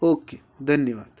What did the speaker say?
okay धन्यवाद